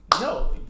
no